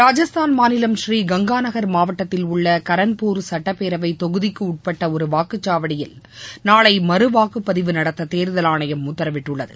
ராஜஸ்தான் மாநிலம் புரீகங்கா நகர் மாவட்டத்தில் உள்ள கரன்பூர் சட்டப்பேரவை தொகுதிக்க உட்பட்ட ஒரு வாக்குசாவடியில் நாளை மறு வாக்குபதிவு நடத்த தேர்தல் ஆணையம் உத்தரவிட்டுள்ளது